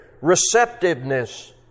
receptiveness